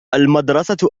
المدرسة